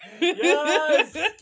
Yes